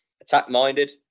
attack-minded